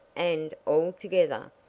and, altogether,